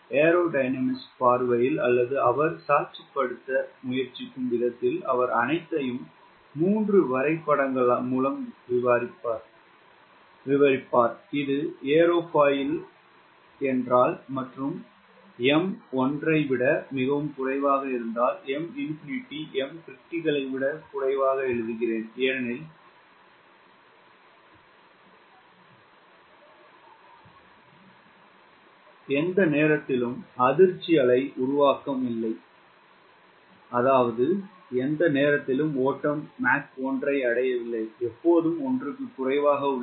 aerodynamicist பார்வையில் அல்லது அவர் காட்சிப்படுத்த முயற்சிக்கும் விதத்தில் அவர் அனைத்தையும் மூன்று வரைபடங்கள் மூலம் விவரிப்பார் இது ஏரோஃபைல் என்றால் மற்றும் எம் 1 ஐ விட மிகவும் குறைவாக இருந்தால் M∞ Mcriticalஐ விட குறைவாக எழுதுகிறேன் ஏனெனில் எந்த நேரத்திலும் அதிர்ச்சி அலை உருவாக்கம் இல்லை அதாவது எந்த நேரத்திலும் ஓட்டம் மாக் 1 ஐ அடையவில்லைஎப்போதும் ஒன்றுக்கு குறைவாக உள்ளது